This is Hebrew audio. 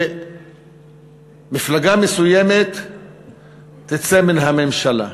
ומפלגה מסוימת תצא מן הממשלה.